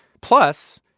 plus,